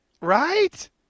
Right